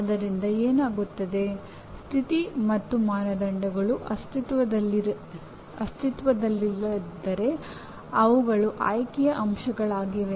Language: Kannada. ಆದ್ದರಿಂದ ಏನಾಗುತ್ತದೆ ಷರತ್ತು ಮತ್ತು ಮಾನದಂಡಗಳು ಅಸ್ತಿತ್ವದಲ್ಲಿಲ್ಲದಿದ್ದರೆ ಅವುಗಳು ಆಯ್ಕೆಯ ಅಂಶಗಳಾಗಿವೆ